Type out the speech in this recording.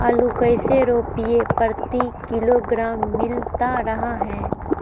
आलू कैसे रुपए प्रति किलोग्राम मिलता रहा है?